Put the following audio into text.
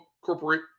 corporate